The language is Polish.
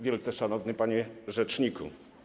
Wielce Szanowny Panie Rzeczniku!